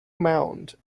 mound